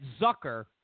Zucker